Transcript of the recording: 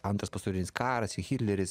antras pasaulinis karas hitleris